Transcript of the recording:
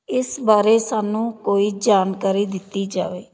ਇਸ ਬਾਰੇ ਸਾਨੂੰ ਕੋਈ ਜਾਣਕਾਰੀ ਦਿੱਤੀ ਜਾਵੇ